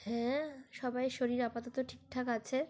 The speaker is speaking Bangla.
হ্যাঁ সবাইয়ের শরীর আপাতত ঠিকঠাক আছে